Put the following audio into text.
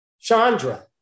Chandra